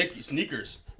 sneakers